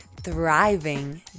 thriving